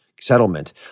settlement